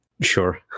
Sure